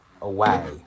away